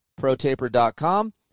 Protaper.com